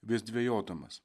vis dvejodamas